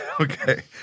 Okay